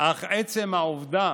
אך עצם העובדה